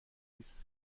ließe